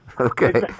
Okay